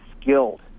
skilled